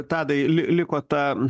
tadai li liko ta